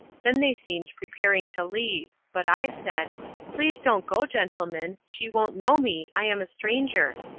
then they seemed preparing to leave but i said please don't go, gentlemen. she won't know me i am a stranger.